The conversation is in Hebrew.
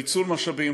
ניצול משאבים,